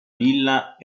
villa